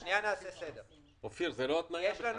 זה יותר פשוט.